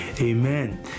amen